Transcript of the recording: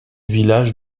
village